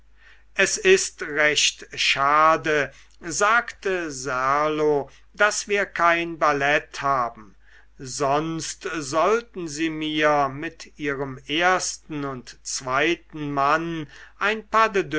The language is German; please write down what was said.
es ist recht schade sagte serlo daß wir kein ballett haben sonst sollten sie mir mit ihrem ersten und zweiten manne ein